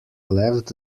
left